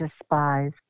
despise